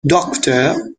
doctor